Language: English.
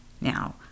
Now